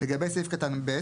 לגבי סעיף קטן (ב),